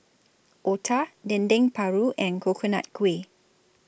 Otah Dendeng Paru and Coconut Kuih